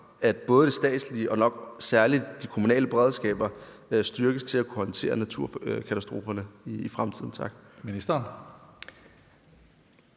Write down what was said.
at både det statslige og nok særlig de kommunale beredskaber styrkes til at kunne håndtere naturkatastroferne i fremtiden?